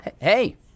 Hey